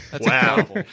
Wow